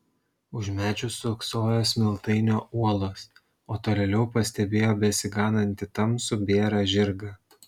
už medžių stūksojo smiltainio uolos o tolėliau pastebėjo besiganantį tamsų bėrą žirgą